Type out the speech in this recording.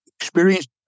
experienced